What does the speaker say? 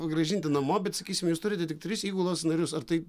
sugrąžinti namo bet sakysim jūs turite tik tris įgulos narius ar tai